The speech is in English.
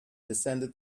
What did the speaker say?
descended